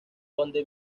donde